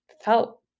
felt